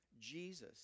Jesus